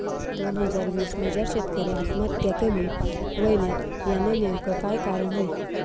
दोन हजार वीस मजार शेतकरी आत्महत्या कमी व्हयन्यात, यानं नेमकं काय कारण व्हयी?